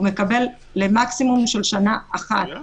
הוא מקבל מקסימום לשנה אחת.